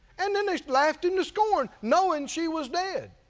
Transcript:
and then they laughed and scorned, knowing she was dead.